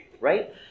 right